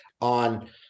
on